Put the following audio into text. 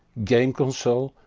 game console,